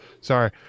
Sorry